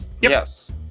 Yes